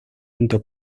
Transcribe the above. into